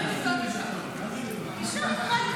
יש פה היום